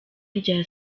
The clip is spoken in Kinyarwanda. rya